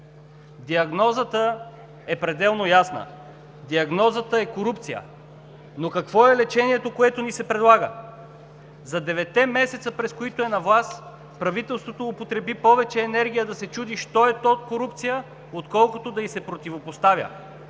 Диагнозата е пределно ясна, диагнозата е „корупция“. Но какво е лечението, което ни се предлага? За деветте месеца, през които е на власт, правителството употреби повече енергия да се чуди що е то корупция, отколкото да й се противопоставя,